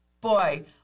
Boy